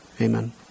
Amen